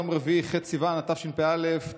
ולכן תקנות סמכויות מיוחדות להתמודדות עם נגיף הקורונה החדש (הוראת שעה)